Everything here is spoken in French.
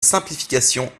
simplification